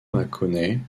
mâconnais